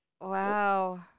Wow